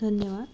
धन्यवाद